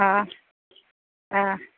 অঁ